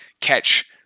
catch